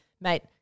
mate